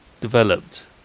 developed